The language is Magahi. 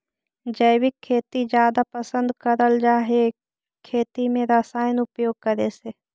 जैविक खेती जादा पसंद करल जा हे खेती में रसायन उपयोग करे से